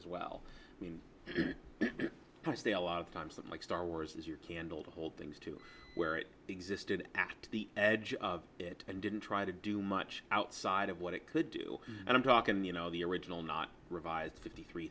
as well when i say a lot of times but like star wars is your candle to hold things to where it existed at the edge of it and didn't try to do much outside of what it could do and i'm talking you know the original not revised fifty three